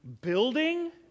building